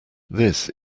this